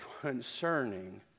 concerning